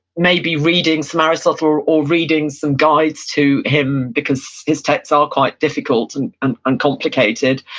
maybe reading some aristotle, or or reading some guides to him because his texts are quite difficult and and and complicated,